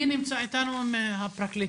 מי נמצא איתנו מהפרקליטות?